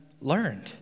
learned